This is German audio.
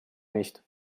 nicht